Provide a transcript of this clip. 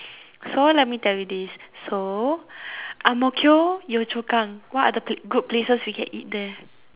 so let me tell you this so ang-mo-kio yio-chu-kang what other good places we can eat there